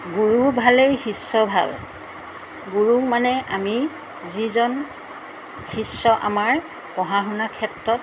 গুৰু ভালেই শিষ্য ভাল গুৰু মানে আমি যিজন শিষ্য আমাৰ পঢ়া শুনা ক্ষেত্ৰত